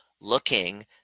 looking